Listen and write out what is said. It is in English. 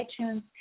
iTunes